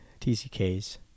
TCKs